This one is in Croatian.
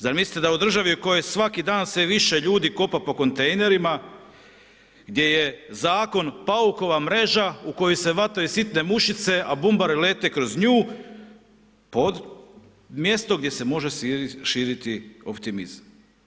Zar mislite da u državi u kojoj svaki dan sve više ljudi kopa po kontejnerima gdje je zakon paukova mreža u kojoj se vataju hitne mušice, a bumbari lete kroz nju mjesto gdje se može širiti optimizam?